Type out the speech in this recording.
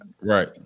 Right